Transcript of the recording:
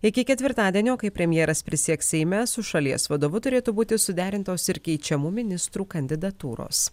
iki ketvirtadienio kai premjeras prisieks seime su šalies vadovu turėtų būti suderintos ir keičiamų ministrų kandidatūros